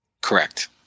Correct